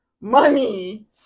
money